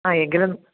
ആ എങ്കിലും